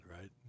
right